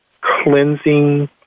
cleansing